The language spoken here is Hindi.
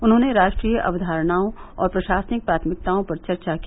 उन्होंने राष्ट्रीय अक्यारणाओं और प्रशासनिक प्राथमिकताओं पर चर्चा की